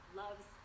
loves